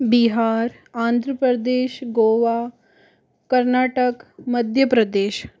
Bihar Andhra Pradesh Goa Karnataka Madhya Pradesh